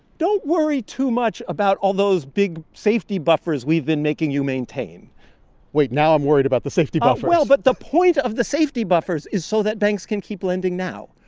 don't worry too much about all those big safety buffers we've been making you maintain wait. now i'm worried about the safety buffer well, but the point of the safety buffers is so that banks can keep lending now,